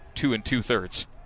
two-and-two-thirds